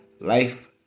Life